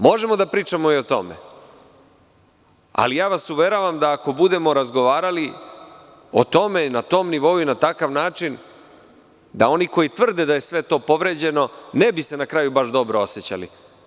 Možemo da pričamo i o tome, ali ja vas uveravam, ako budemo razgovarali o tome i na tom nivou i na takav način, da oni koji tvrde da je sve to povređeno, ne bi se na kraju baš dobro osećali.